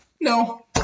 No